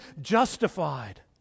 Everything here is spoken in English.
justified